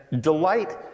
delight